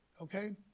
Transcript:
okay